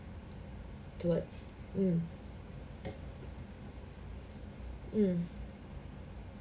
towards mm mm